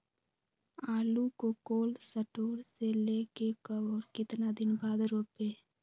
आलु को cold store से ले के कब और कितना दिन बाद रोपे?